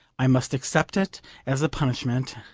i must accept it as a punishment,